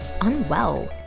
unwell